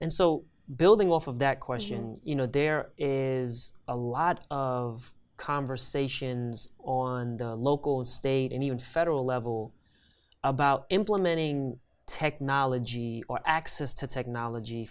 and so building off of that question you know there is a lot of conversations on local state and even federal level about implementing technology or access to technology